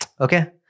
Okay